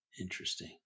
Interesting